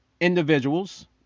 individuals